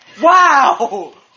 Wow